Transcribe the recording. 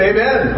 Amen